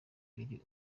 biri